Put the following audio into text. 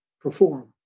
perform